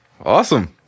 Awesome